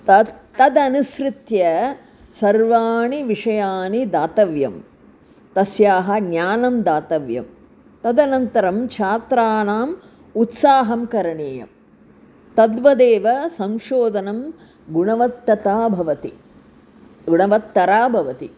तद् तदनुसृत्य सर्वाणि विषयानि दातव्यं तस्याः ज्ञानं दातव्यं तदनन्तरं छात्राणाम् उत्साहं करणीयं तद्वदेव संशोधने गुणवत्तता भवति गुणवत्तरा भवति